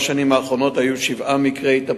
השנים האחרונות היו שבעה מקרי התאבדות.